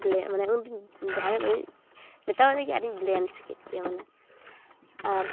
ᱞᱟᱹᱭᱟ ᱩᱱᱫᱚᱧ ᱡᱟᱦᱟᱱᱟᱜ ᱜᱮ ᱫᱚᱢᱮᱧ ᱢᱮᱛᱟᱣ ᱟᱫᱮᱜᱮ ᱟᱨᱤᱧ ᱵᱮᱞᱮᱱᱥ ᱠᱮᱫᱜᱮ ᱢᱟᱱᱮ ᱟᱨ